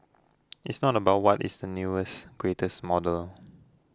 it's not about what is the newest greatest model